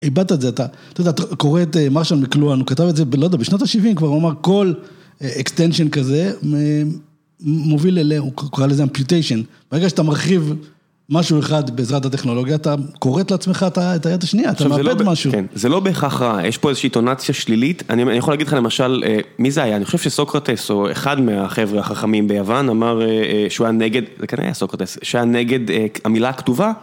איבדת את זה, אתה יודע, אתה קורא את מרשל מקלואן, הוא כתב את זה, לא יודע, בשנת ה-70 כבר הוא אומר, כל extension כזה מוביל אליה, הוא קורא לזה amputation, ברגע שאתה מרחיב משהו אחד בעזרת הטכנולוגיה, אתה כורת לעצמך את היד השנייה, אתה מאבד משהו. כן, זה לא בהכרח רע, יש פה איזושהי טונציה שלילית, אני יכול להגיד לך למשל, מי זה היה, אני חושב שסוקרטס או אחד מהחבר'ה החכמים ביוון, אמר שהוא היה נגד, זה כנראה היה סוקרטס, שהוא היה נגד המילה הכתובה.